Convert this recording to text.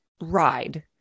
ride